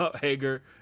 hager